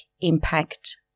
impact